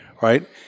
right